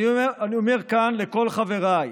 אני אומר לכל חבריי: